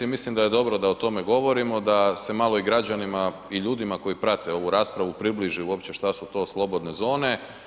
Mislim da je dobro da o tome govorimo, da se malo građanima i ljudima koji prate ovu raspravu približi uopće šta su to slobodne zone.